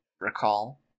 recall